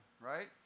right